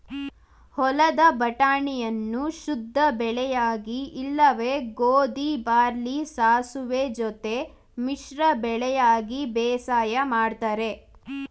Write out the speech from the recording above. ಹೊಲದ ಬಟಾಣಿಯನ್ನು ಶುದ್ಧಬೆಳೆಯಾಗಿ ಇಲ್ಲವೆ ಗೋಧಿ ಬಾರ್ಲಿ ಸಾಸುವೆ ಜೊತೆ ಮಿಶ್ರ ಬೆಳೆಯಾಗಿ ಬೇಸಾಯ ಮಾಡ್ತರೆ